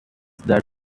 that